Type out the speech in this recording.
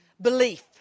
belief